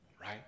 right